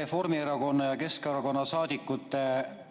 Reformierakonna ja Keskerakonna saadikute kaasabil